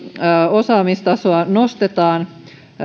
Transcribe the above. osaamistasoa nostetaan